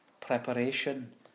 preparation